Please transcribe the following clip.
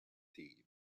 thieves